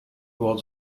was